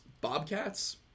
bobcats